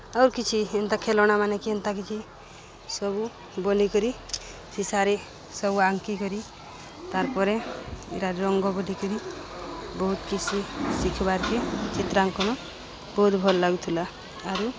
ଆଉରି କିଛି ଏନ୍ତା ଖେଲଣାମାନେ କି ହେନ୍ତା କିଛି ସବୁ ବନେଇକରି ସିସାରେ ସବୁ ଆଙ୍କିିକରି ତାର୍ ପରେ ଇଟା ରଙ୍ଗ ବୋଲି କରି ବହୁତ୍ କିଛି ଶିଖିବାର୍କେ ଚିତ୍ରାଙ୍କନ ବହୁତ୍ ଭଲ୍ ଲାଗୁଥିଲା ଆରୁ